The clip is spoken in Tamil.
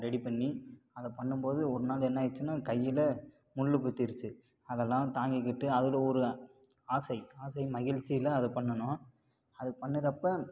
ரெடி பண்ணி அதை பண்ணும் போது ஒரு நாள் என்ன ஆயிடுச்சின்னால் கையில் முள்ளு குத்திடுச்சு அதெல்லாம் தாங்கிக்கிட்டு அதில் ஒரு ஆசை ஆசை மகிழ்ச்சில அதை பண்ணுனோம் அது பண்ணுறப்போ